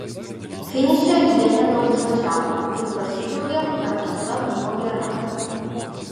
finiše jie nedaugžodžiavo tik pasidžiaugė kad trasa buvo gera